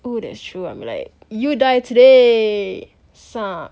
oo that's true I'm like you die today